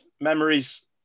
memories